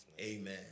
Amen